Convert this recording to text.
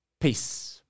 Peace